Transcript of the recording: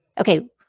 okay